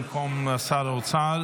במקום שר האוצר,